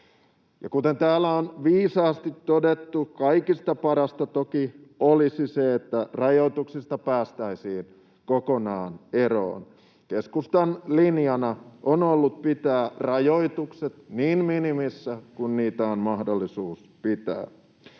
Kuten täällä on viisaasti todettu, kaikista parasta toki olisi se, että rajoituksista päästäisiin kokonaan eroon. Keskustan linjana on ollut pitää rajoitukset niin minimissä kuin niitä on mahdollisuus pitää.